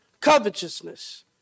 covetousness